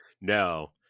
No